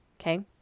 Okay